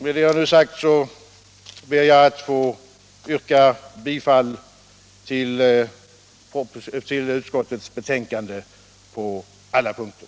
Med vad jag nu sagt ber jag att få yrka bifall till utskottets hemställan på alla punkter.